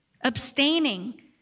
abstaining